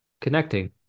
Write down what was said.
connecting